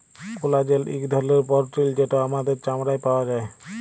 collagen ইক ধরলের protein যেট আমাদের চামড়ায় পাউয়া যায়